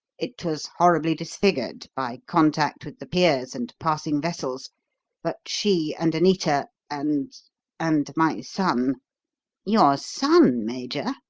it was horribly disfigured by contact with the piers and passing vessels but she and anita and and my son your son, major?